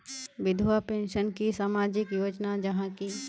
विधवा पेंशन की सामाजिक योजना जाहा की?